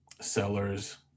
sellers